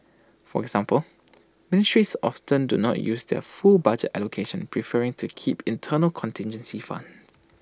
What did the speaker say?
for example ministries often do not use their full budget allocations preferring to keep internal contingency funds